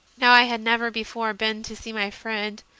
now i had never before been to see my friend,